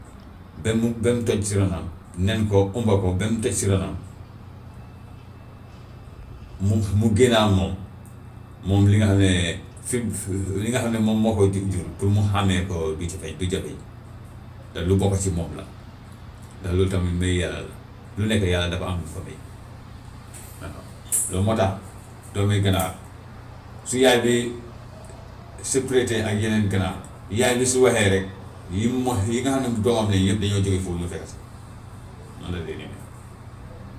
Ba mu ba mu toj si ronam, mu nen ko ëmba ko ba mu toj si ronam, mu mu génna ak moom moom li nga xam ne fi li nga xam ne moom moo ko ju- jur pour mou xàmmee ko du jafe du jafeñ te lu bokka si moom la. Ndax loolu tamit mayu yàlla la, lu nekk yàlla dafa am ñu mu ko may waaw loolu moo tax doomi ganaar su yaay bi ak yeneen ganaar yaay bi su waxee rek li mu wax yi nga ne doomam lañu yëpp dañoo jógee foofu ñëw fekka si ko, noonu la dee nekk.